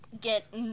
get